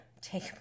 take